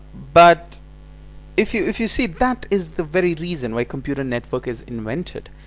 but if you if you see that is the very reason why computer network is invented.